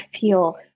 feel